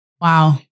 Wow